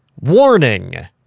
warning